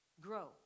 grow